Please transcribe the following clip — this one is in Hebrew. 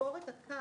לעבור את הקו